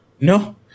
No